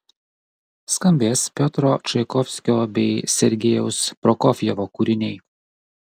skambės piotro čaikovskio bei sergejaus prokofjevo kūriniai